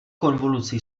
konvolucí